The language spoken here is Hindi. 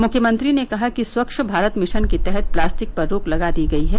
मुख्यमंत्री ने कहा कि स्वच्छ भारत मिशन के तहत प्लास्टिक पर रोक लगा दी गयी है